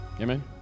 Amen